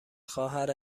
خواهر